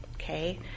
Okay